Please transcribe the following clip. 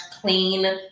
clean